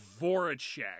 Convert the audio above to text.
Voracek